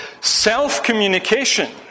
self-communication